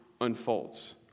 unfolds